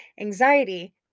Anxiety